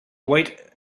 weight